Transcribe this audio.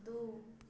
दू